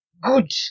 good